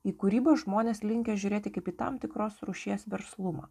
į kūrybą žmonės linkę žiūrėti kaip į tam tikros rūšies verslumą